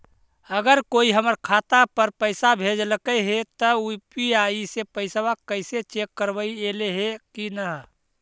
अगर कोइ हमर खाता पर पैसा भेजलके हे त यु.पी.आई से पैसबा कैसे चेक करबइ ऐले हे कि न?